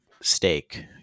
steak